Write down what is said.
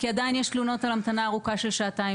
כי עדיין יש תלונות על המתנה ארוכה של שעתיים